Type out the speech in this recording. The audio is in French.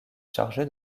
chargé